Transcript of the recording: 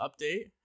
update